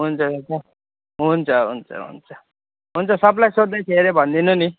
हुन्छ हुन्छ हुन्छ हुन्छ हुन्छ हुन्छ सबलाई सोद्धै थियो अरे भनिदिनु नि